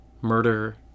Murder